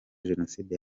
jenoside